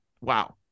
Wow